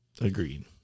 Agreed